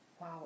Wow